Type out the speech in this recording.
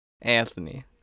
Anthony